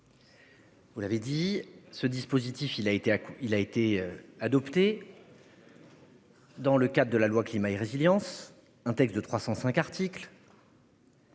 Vous l'avez dit. Ce dispositif, il a été à il a été adopté. Dans le cadre de la loi climat et résilience un texte de 305 articles.